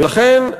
ולכן,